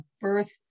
birth